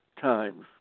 times